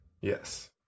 Yes